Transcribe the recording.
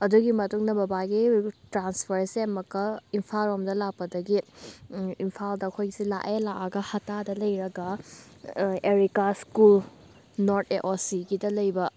ꯑꯗꯨꯒꯤ ꯃꯇꯨꯡꯗ ꯕꯕꯥꯒꯤ ꯇ꯭ꯔꯥꯟꯐꯔꯁꯦ ꯑꯃꯨꯛꯀ ꯏꯝꯐꯥꯜꯂꯣꯝꯗ ꯂꯥꯛꯄꯗꯒꯤ ꯏꯝꯐꯥꯜꯗ ꯑꯩꯈꯣꯏꯁꯤ ꯂꯥꯛꯑꯦ ꯂꯥꯛꯑꯒ ꯍꯇꯥꯗ ꯂꯩꯔꯒ ꯑꯦꯔꯤꯀꯥ ꯁ꯭ꯀꯨꯜ ꯅꯣꯔꯠ ꯑꯦ ꯑꯣ ꯁꯤꯒꯤꯗ ꯂꯩꯕ